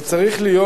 זה צריך להיות,